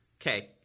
okay